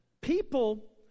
people